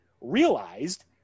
realized